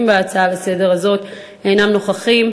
בהצעה הזאת לסדר-היום אינם נוכחים.